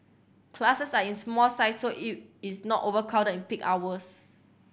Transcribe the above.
classes are in small size so it it's not overcrowded in peak hours